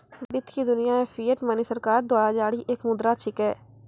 वित्त की दुनिया मे फिएट मनी सरकार द्वारा जारी एक मुद्रा छिकै